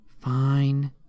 Fine